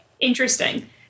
Interesting